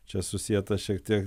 čia susieta šiek tiek